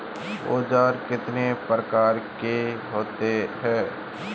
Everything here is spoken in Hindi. औज़ार कितने प्रकार के होते हैं?